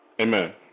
Amen